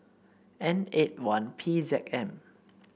N eight one P Z M